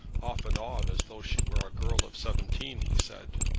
off and on, as though she were a girl of seventeen, he said.